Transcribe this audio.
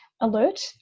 alert